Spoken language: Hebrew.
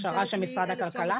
הכשרה של משרד הכלכלה?